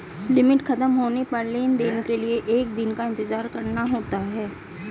limit खत्म होने पर लेन देन के लिए एक दिन का इंतजार करना होता है